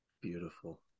Beautiful